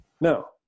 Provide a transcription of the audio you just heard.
no